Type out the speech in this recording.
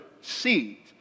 seat